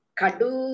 Kadu